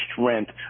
strength